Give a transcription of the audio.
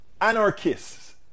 anarchists